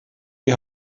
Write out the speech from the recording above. die